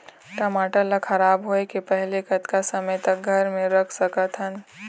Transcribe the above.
टमाटर ला खराब होय के पहले कतका समय तक घर मे रख सकत हन?